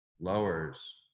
lowers